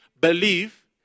believe